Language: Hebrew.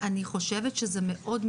אני חושבת שזה מאוד,